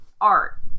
art